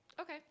Okay